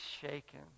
shaken